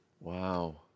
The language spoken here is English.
Wow